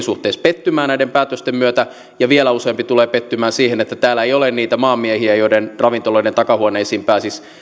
suhteessa pettymään näiden päätösten myötä ja vielä useampi tulee pettymään siihen että täällä ei ole niitä maanmiehiä joiden ravintoloiden takahuoneisiin pääsisi